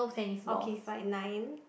okay fine nine